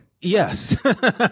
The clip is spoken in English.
Yes